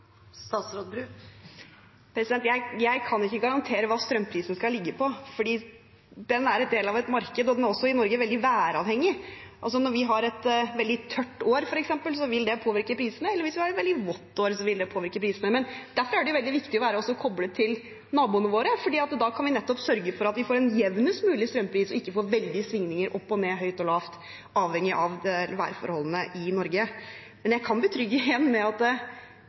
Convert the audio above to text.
Jeg kan ikke garantere hva strømprisen skal ligge på, for den er en del av et marked, og den er også i Norge veldig væravhengig. Når vi har et veldig tørt år, f.eks., vil det påvirke prisene, eller hvis vi har et veldig vått år, vil det påvirke prisene. Men derfor er det jo veldig viktig å være koblet til naboene våre, for da kan vi nettopp sørge for at vi får en jevnest mulig strømpris og ikke får veldige svingninger opp og ned, høyt og lavt, avhengig av værforholdene i Norge. Men jeg kan betrygge igjen med at